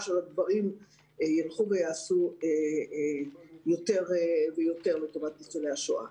שהדברים ייעשו יותר ויותר לטובת ניצולי השואה.